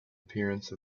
appearance